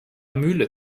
mühle